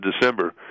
december